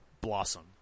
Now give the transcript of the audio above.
blossom